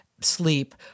sleep